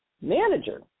manager